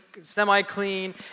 semi-clean